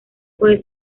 puede